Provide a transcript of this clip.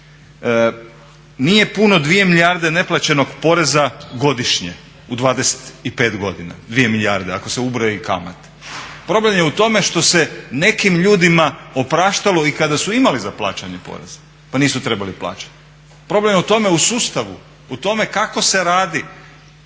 Nije puno dvije milijarde neplaćenog poreza godišnje u 25 godina 2 milijarde ako se ubroji kamata. Problem je u tome što se nekim ljudima opraštalo i kada su imali za plaćanje poreza, pa nisu trebali plaćati. Problem je u tome u sustavu, u tome kako se radi,